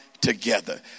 together